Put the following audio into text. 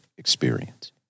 experience